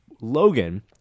Logan